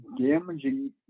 damaging